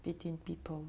between people